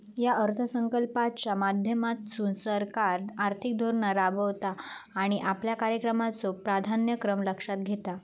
या अर्थसंकल्पाच्या माध्यमातसून सरकार आर्थिक धोरण राबवता आणि आपल्या कार्यक्रमाचो प्राधान्यक्रम लक्षात घेता